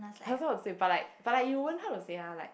I have a lot to say but like but like you won't know how to say ah like